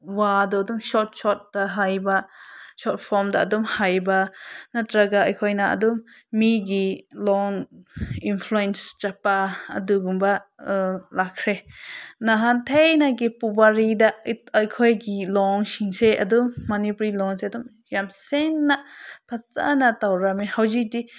ꯋꯥꯗꯣ ꯑꯗꯨꯝ ꯁꯣꯔꯠ ꯁꯣꯔꯠꯇ ꯍꯥꯏꯕ ꯁꯣꯔꯠ ꯐꯣꯝꯗ ꯑꯗꯨꯝ ꯍꯥꯏꯕ ꯅꯠꯇ꯭ꯔꯒ ꯑꯩꯈꯣꯏꯅ ꯑꯗꯨꯝ ꯃꯤꯒꯤ ꯂꯣꯟ ꯏꯟꯐ꯭ꯂꯨꯌꯦꯟꯁ ꯆꯠꯄ ꯑꯗꯨꯒꯨꯝꯕ ꯂꯥꯛꯈ꯭ꯔꯦ ꯅꯍꯥꯟ ꯊꯥꯏꯅꯒꯤ ꯄꯨꯋꯥꯔꯤꯗ ꯑꯩꯈꯣꯏꯒꯤ ꯂꯣꯟꯁꯤꯡꯁꯦ ꯑꯗꯨꯝ ꯃꯅꯤꯄꯨꯔꯤ ꯂꯣꯟꯁꯦ ꯑꯗꯨꯝ ꯌꯥꯝ ꯁꯦꯡꯅ ꯐꯖꯅ ꯇꯧꯔꯝꯃꯦ ꯍꯧꯖꯤꯛꯇꯤ